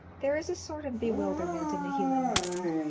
there is a sort of bewilderment in the human mind,